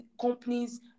companies